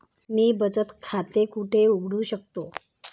मी बचत खाते कुठे उघडू शकतो?